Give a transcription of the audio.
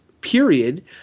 period –